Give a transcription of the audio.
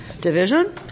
division